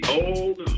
old